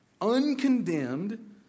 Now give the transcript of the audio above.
uncondemned